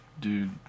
dude